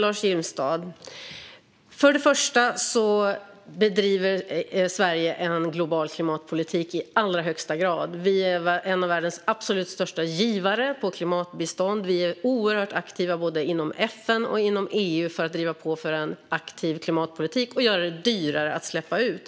Fru talman! Sverige bedriver en global klimatpolitik i allra högsta grad. Vi är en av världens absolut största givare av klimatbistånd. Vi är oerhört aktiva inom både FN och EU för att driva på för en aktiv klimatpolitik och för att göra det dyrare att släppa ut.